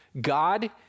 God